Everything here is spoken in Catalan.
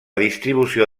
distribució